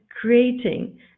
creating